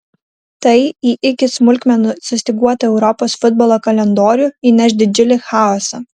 tai į iki smulkmenų sustyguotą europos futbolo kalendorių įneš didžiulį chaosą